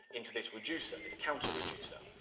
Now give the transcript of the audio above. into this reducer, this counter reducer,